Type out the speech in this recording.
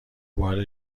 بار